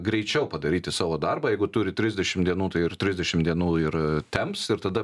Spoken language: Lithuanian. greičiau padaryti savo darbą turi trisdešim dienų tai ir trisdešim dienų ir temps tada